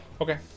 Okay